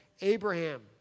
Abraham